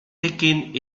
taking